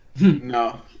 No